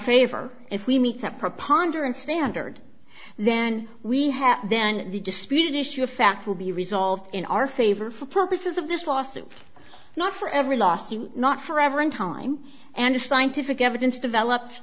favor if we meet that preponderance standard then we have then the disputed issue of fact will be resolved in our favor for purposes of this lawsuit not for every lawsuit not forever in time and scientific evidence developed